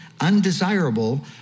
undesirable